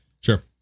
Sure